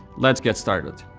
let's get started.